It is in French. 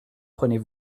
prenez